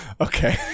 Okay